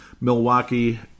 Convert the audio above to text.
Milwaukee